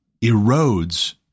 erodes